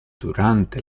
durante